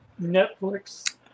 Netflix